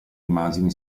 immagini